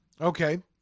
Okay